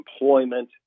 employment